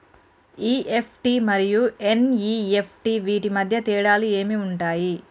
EFT మరియు NEFT వీటి మధ్య తేడాలు ఏమి ఉంటాయి?